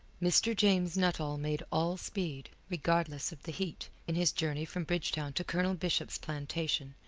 mr. james nuttall made all speed, regardless of the heat, in his journey from bridgetown to colonel bishop's plantation,